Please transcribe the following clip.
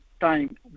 time